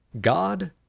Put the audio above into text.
God